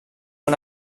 una